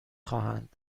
خواهند